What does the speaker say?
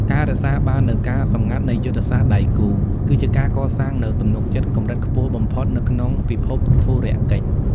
ការរក្សាបាននូវ "ការសម្ងាត់នៃយុទ្ធសាស្ត្រដៃគូ" គឺជាការកសាងនូវទំនុកចិត្តកម្រិតខ្ពស់បំផុតនៅក្នុងពិភពធុរកិច្ច។